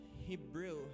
Hebrew